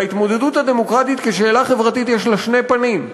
וההתמודדות הדמוקרטית כשאלה חברתית יש לה שני פנים: